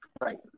Right